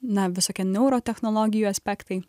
na visokie neurotechnologijų aspektai